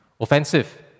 offensive